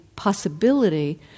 possibility